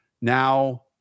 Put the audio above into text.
Now